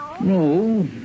No